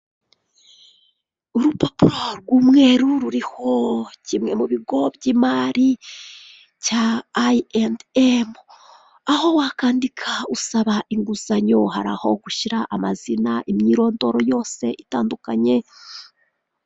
Urupapuro rw'umweru ruriho kimwe mu bigo by'imari cya ayi endi emu. Aho wakandika usaba inguzanyo hari aho gushyira amazina imyirondoro yose itandukanye.